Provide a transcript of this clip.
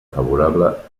favorable